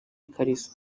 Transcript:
ikariso